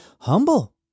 humble